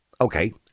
Okay